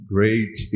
Great